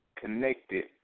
connected